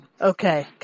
Okay